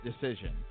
decision